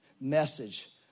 Message